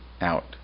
out